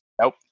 Nope